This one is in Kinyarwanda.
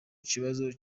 kibazo